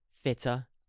fitter